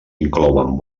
inclouen